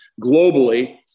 globally